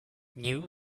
new